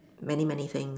many many things